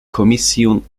kommission